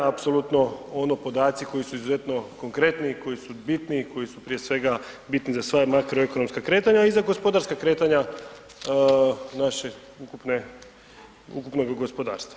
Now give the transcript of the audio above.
Apsolutno ono podaci koji su izuzetno konkretni, koji su bitni i koji su prije svega bitni za sva makroekonomska kretanja, a i za gospodarska kretanja našeg ukupnog gospodarstva.